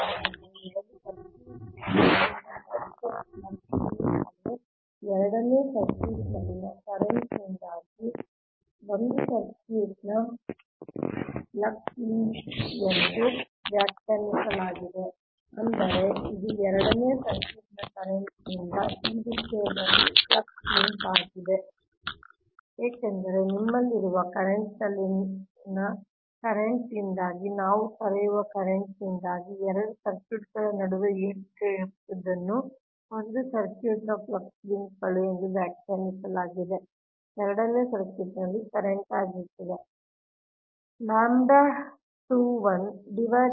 ಆದ್ದರಿಂದ 2 ಸರ್ಕ್ಯೂಟ್ಗಳ ನಡುವಿನ ಪರಸ್ಪರ ಫ್ಲಕ್ಸ್ ಲಿಂಕ್ ಅನ್ನು ಎರಡನೇ ಸರ್ಕ್ಯೂಟ್ನಲ್ಲಿನ ಕರೆಂಟ್ ನಿಂದಾಗಿ ಒಂದು ಸರ್ಕ್ಯೂಟ್ನ ಫ್ಲಕ್ಸ್ ಲಿಂಕ್ ಎಂದು ವ್ಯಾಖ್ಯಾನಿಸಲಾಗಿದೆ ಅಂದರೆ ಇದು ಎರಡನೇ ಸರ್ಕ್ಯೂಟ್ ನ ಕರೆಂಟ್ನಿಂದ ಈ ವಿಷಯದ ಫ್ಲಕ್ಸ್ ಲಿಂಕ್ ಆಗಿದೆ ಏಕೆಂದರೆ ನಿಮ್ಮಲ್ಲಿರುವ ಕರೆಂಟ್ನಲ್ಲಿನ ಕರೆಂಟ್ನಿಂದಾಗಿ ನಾವು ಕರೆಯುವ ಕರೆಂಟ್ನಿಂದಾಗಿ 2 ಸರ್ಕ್ಯೂಟ್ಗಳ ನಡುವೆ ಏನಿದೆ ಎಂಬುದನ್ನು ಒಂದು ಸರ್ಕ್ಯೂಟ್ನ ಫ್ಲಕ್ಸ್ ಲಿಂಕ್ಗಳು ಎಂದು ವ್ಯಾಖ್ಯಾನಿಸಲಾಗಿದೆ ಎರಡನೇ ಸರ್ಕ್ಯೂಟ್ನಲ್ಲಿ ಕರೆಂಟ್ ಆಗಿರುತ್ತದೆ